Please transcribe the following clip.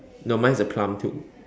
no mine is the plum too